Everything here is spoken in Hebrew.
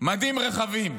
מדים רחבים.